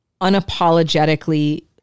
unapologetically